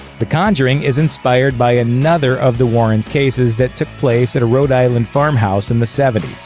the conjuring is inspired by another of the warren's cases that took place at a rhode island farmhouse in the seventy s.